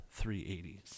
380s